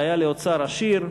והיה לי אוצר עשיר,